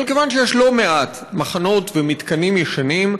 אבל כיוון שיש לא-מעט מחנות ומתקנים ישנים,